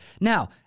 Now